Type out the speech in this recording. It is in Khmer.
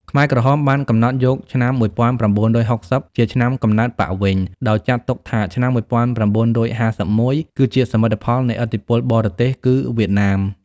ខ្មែរក្រហមបានកំណត់យកឆ្នាំ១៩៦០ ជាឆ្នាំកំណើតបក្សវិញ ដោយចាត់ទុកថាឆ្នាំ១៩៥១ គឺជាសមិទ្ធផលនៃឥទ្ធិពលបរទេស (គឺវៀតណាម)។